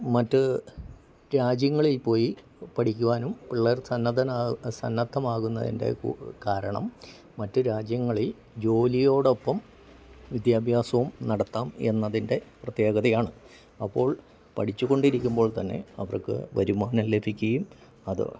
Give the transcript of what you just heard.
മറ്റ് രാജ്യങ്ങളിൽ പോയി പഠിക്കുവാനും പിള്ളേർ സന്നദ്ധമാകുന്നതിൻ്റെ കാരണം മറ്റ് രാജ്യങ്ങളിൽ ജോലിയോടൊപ്പം വിദ്യാഭ്യാസവും നടത്താം എന്നതിൻ്റെ പ്രത്യേകതയാണ് അപ്പോൾ പഠിച്ചുകൊണ്ടിരിക്കുമ്പോൾ തന്നെ അവർക്ക് വരുമാനം ലഭിക്കുകയും അത്